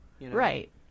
Right